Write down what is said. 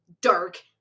dark